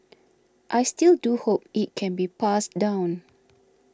I still do hope it can be passed down